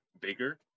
bigger